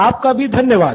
आपका भी धन्यवाद